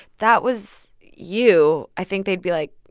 that was you, i think they'd be like,